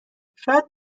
شاید